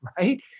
right